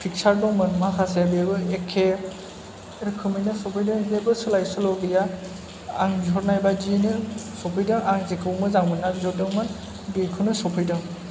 picture दंमोन माखासे बेबो एखे रोखोमैनो सफैदों जेबो सोलाय सोल' गैया आं बिहरनाय बादियैनो सफैदों आं जेखौ मोजां मोन्ना बिहरदोंमोन बेखौनो सफैदों